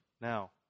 Now